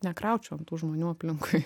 nekraučiau ant tų žmonių aplinkui